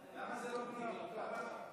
למה זה עובר לחוקה?